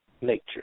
nature